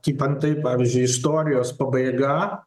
kaip antai pavyzdžiui istorijos pabaiga